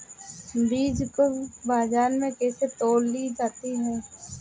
बीज को बाजार में कैसे तौली जाती है?